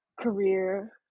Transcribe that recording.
career